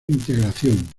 integración